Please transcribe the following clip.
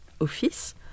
office